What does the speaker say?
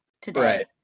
today